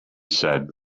said